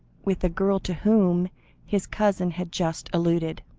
with the girl to whom his cousin had just alluded.